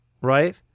right